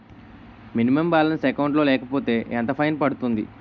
Minimum balance account లో లేకపోతే ఎంత ఫైన్ పడుతుంది?